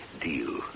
deal